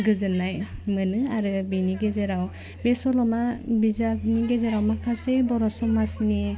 गोजोननाय मोनो आरो बिनि गेजेराव बे सल'मा बिजाबनि गेजेराव माखासे बर' समाजनि